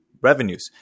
revenues